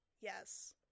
Yes